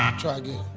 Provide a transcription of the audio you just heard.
try again.